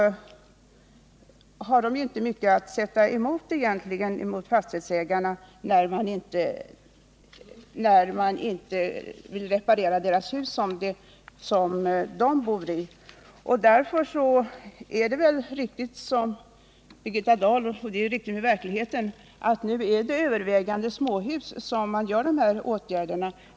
Nu har de inte mycket att sätta emot fastighetsägarna när dessa inte vill reparera husen. Det är riktigt, som Birgitta Dahl säger, att det är mest i småhus som man vidtar de här åtgärderna.